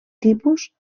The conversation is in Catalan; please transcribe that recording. tipus